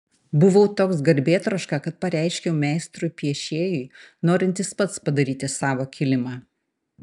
buvau toks garbėtroška kad pareiškiau meistrui piešėjui norintis pats padaryti savo kilimą